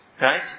Right